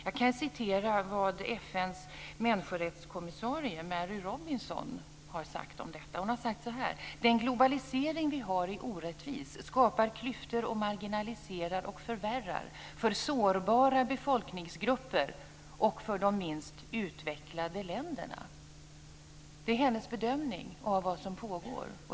Jag kan citera vad FN:s människorättskommissarie, Mary Robinson, har sagt om denna: "Den globalisering vi har är orättvis. Den skapar klyftor och marginaliserar och förvärrar för sårbara befolkningsgrupper och för de minst utvecklade länderna." Det är hennes bedömning av vad som pågår.